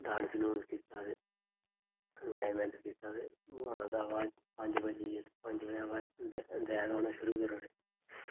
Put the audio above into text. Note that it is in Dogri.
डांस डूंस कीता ते इन्जायमैंट कीता ते ओह्दे बाद च पंज बज्जी गए पंज बजे दे बाच बैक आना शुरू करी ओड़ेआ